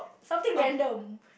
something random